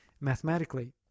mathematically